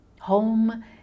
Home